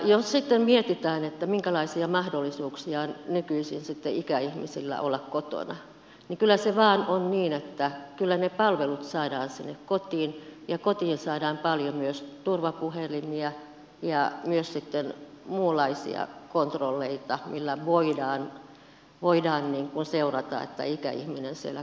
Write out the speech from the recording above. jos sitten mietitään minkälaisia mahdollisuuksia on nykyisin ikäihmisillä olla kotona niin kyllä se vain on niin että ne palvelut saadaan sinne kotiin ja kotiin saadaan paljon myös turvapuhelimia ja myös muunlaisia kontrolleja millä voidaan seurata että ikäihminen siellä kotona pärjää